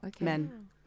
men